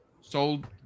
Sold